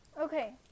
Okay